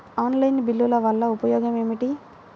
Online బిల్లుల వల్ల ఉపయోగమేమిటీ?